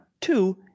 Two